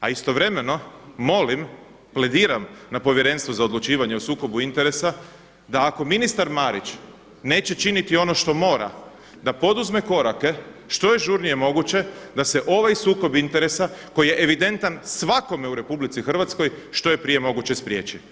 A istovremeno molim, plediram na povjerenstvo za odlučivanje o sukobu interesa da ako ministar Marić neće činiti ono što mora da poduzme korake što je žurnije moguće da se ovaj sukob interesa koji je evidentan svakome u RH što je prije moguće spriječi.